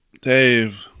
Dave